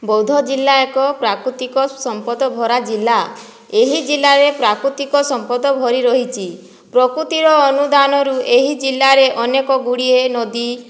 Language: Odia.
ବୌଦ୍ଧ ଜିଲ୍ଲା ଏକ ପ୍ରାକୃତିକ ସମ୍ପଦ ଭରା ଜିଲ୍ଲା ଏହି ଜିଲ୍ଲାରେ ପ୍ରାକୃତିକ ସମ୍ପଦ ଭରି ରହିଛି ପ୍ରକୃତିର ଅନୁଦାନରୁ ଏହି ଜିଲ୍ଲାରେ ଅନେକ ଗୁଡ଼ିଏ ନଦୀ